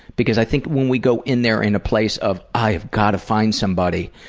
because i think when we go in there in a place of i've gotta find somebody,